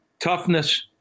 toughness